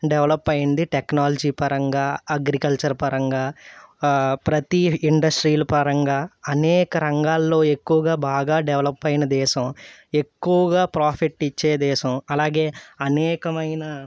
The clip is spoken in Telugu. డెవలప్ అయింది టెక్నాలజీ పరంగా అగ్రికల్చర్ పరంగా ప్రతీ ఇండస్ట్రియల్ పరంగా అనేక రంగాలలో ఎక్కువగా బాగా డెవలప్ అయిన దేశం ఎక్కువగా ప్రాఫిట్ ఇచ్చే దేశం అలాగే అనేకమైన